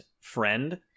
friend